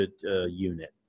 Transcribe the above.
unit